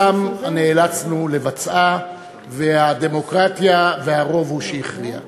גם נאלצנו לבצעה, והדמוקרטיה, והרוב הוא שהכריע.